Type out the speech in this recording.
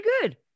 good